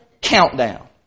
countdown